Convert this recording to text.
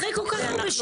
אחרי כל כך הרבה שנים.